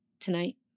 tonight